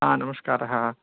नमस्कारः